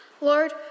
Lord